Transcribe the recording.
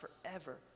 forever